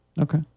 Okay